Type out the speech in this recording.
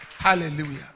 Hallelujah